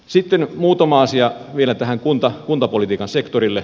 sitten muutama asia vielä tältä kuntapolitiikan sektorilta